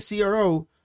CRO